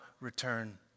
return